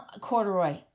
Corduroy